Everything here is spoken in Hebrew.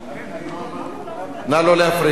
נא לא להפריע.